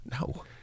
No